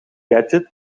gadget